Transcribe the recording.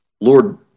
Lord